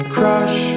crush